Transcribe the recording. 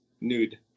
Nude